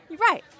Right